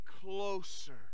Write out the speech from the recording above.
closer